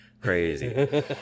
Crazy